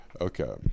okay